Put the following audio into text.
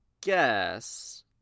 guess